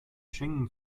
schengen